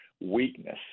weakness